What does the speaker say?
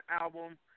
album